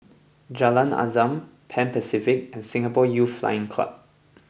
Jalan Azam Pan Pacific and Singapore Youth Flying Club